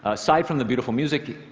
aside from the beautiful music,